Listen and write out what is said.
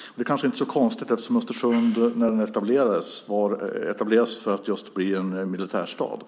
Och det kanske inte är så konstigt eftersom Östersund etablerades just för att bli en militärstad.